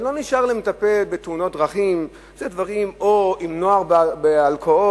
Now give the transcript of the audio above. ולא נשאר להם לטפל בתאונות דרכים או בנוער ואלכוהול.